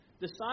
Decide